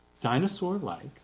Dinosaur-like